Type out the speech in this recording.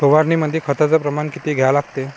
फवारनीमंदी खताचं प्रमान किती घ्या लागते?